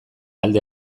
alde